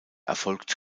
erfolgt